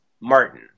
Martin